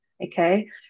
Okay